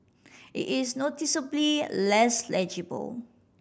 it is noticeably less legible